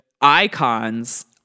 icons